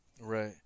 Right